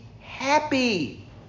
happy